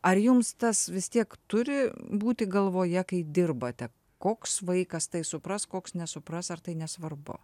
ar jums tas vis tiek turi būti galvoje kai dirbate koks vaikas tai supras koks nesupras ar tai nesvarbu